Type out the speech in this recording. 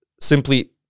simply